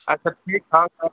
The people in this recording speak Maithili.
अच्छा की भाव छ